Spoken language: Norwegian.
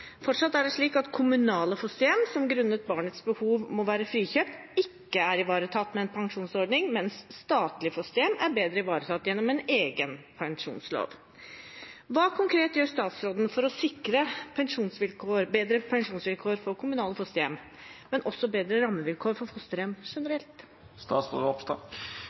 Fortsatt er det slik at kommunale fosterhjem som grunnet barnets behov må være frikjøpt, ikke er ivaretatt med en pensjonsordning, mens statlige fosterhjem er bedre ivaretatt gjennom egen pensjonslov. Hva konkret gjør statsråden for å sikre bedre pensjonsvilkår for kommunale fosterhjem, men også bedre rammevilkår for fosterhjem generelt?»